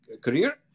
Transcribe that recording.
career